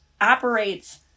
operates